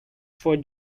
for